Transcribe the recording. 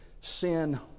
sin